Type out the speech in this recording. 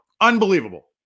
unbelievable